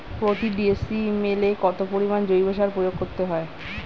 প্রতি ডিসিমেলে কত পরিমাণ জৈব সার প্রয়োগ করতে হয়?